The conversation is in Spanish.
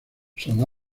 son